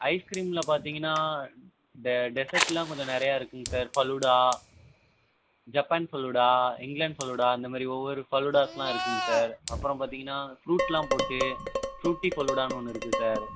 ice கிரீம்மில் பார்த்தீங்கன்னா இந்த டெஸர்ட்லாம் கொஞ்ச நிறையா இருக்குங்க sir falooda Japan falooda England falooda இந்தமாதிரி ஒவ்வொரு ஃபலூடாஸ்லாம் இருக்காங்க சார் அப்புறம் பார்த்தீங்கன்னா ஃபுரூட்லாம் போட்டு ஃபுரூட்டி ஃபலூடான்னு ஒன்று இருக்கு சார்